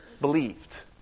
believed